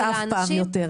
שלא צומחת אף פעם יותר.